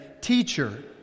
Teacher